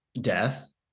Death